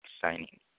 signing